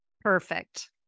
Perfect